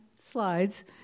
slides